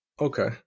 Okay